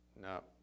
No